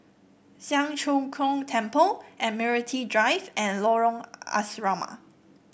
Siang Cho Keong Temple Admiralty Drive and Lorong Asrama